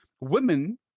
women